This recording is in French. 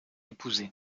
épouser